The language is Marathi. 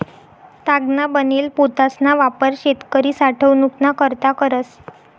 तागना बनेल पोतासना वापर शेतकरी साठवनूक ना करता करस